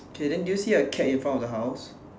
okay then do you see a cat in front of the house